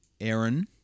Aaron